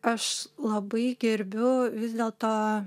aš labai gerbiu vis dėlto